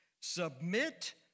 submit